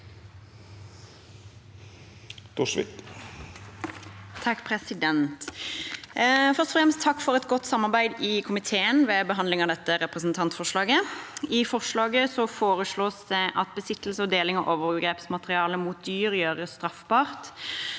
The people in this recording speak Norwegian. Takk for et godt samarbeid i komiteen ved behandling av dette representantforslaget. I forslaget foreslås det at besittelse og deling av overgrepsmateriale mot dyr gjøres straffbart.